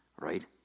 right